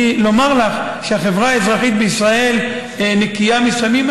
לומר לך שהחברה האזרחית בישראל נקייה מסמים?